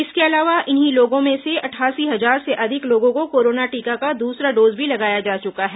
इसके अलावा इन्हीं लोगों में से अठासी हजार से अधिक लोगों को कोरोना टीका का दूसरा डोज भी लगाया जा चुका है